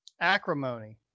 acrimony